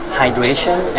hydration